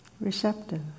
Receptive